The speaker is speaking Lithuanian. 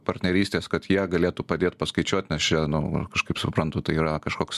partnerystės kad jie galėtų padėt paskaičiuot nes čia nu aš kaip suprantu tai yra kažkoks